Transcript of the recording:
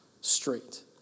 straight